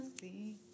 see